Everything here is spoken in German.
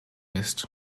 ist